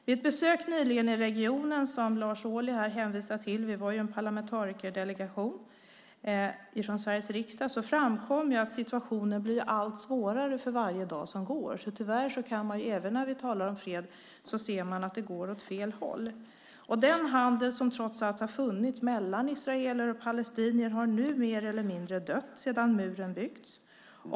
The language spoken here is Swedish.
Vid ett besök i regionen nyligen, som Lars Ohly här hänvisar till - vi var en parlamentarikerdelegation från Sveriges riksdag - framkom att situationen blir allt svårare för varje dag som går. Tyvärr ser vi även när vi talar om fred att det går åt fel håll. Den handel som trots allt har funnits mellan israeler och palestinier har nu mer eller mindre dött sedan muren byggts.